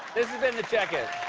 this has been the check in.